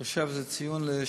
אני חושב שזה ציון לשבח,